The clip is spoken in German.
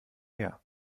her